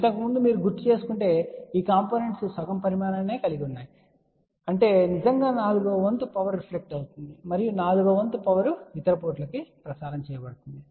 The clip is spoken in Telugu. ఇంతకు ముందు మీరు గుర్తుచేసుకుంటే ఈ కాంపోనెంట్స్ సగం పరిమాణాన్ని కలిగి ఉన్నాయి సరే అంటే నిజంగా నాల్గవ వంతు పవర్ రిఫ్లెక్ట్ అవుతుంది మరియు నాల్గవ వంతు పవర్ ఇతర పోర్టుకు ప్రసారం చేయబడింది